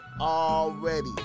already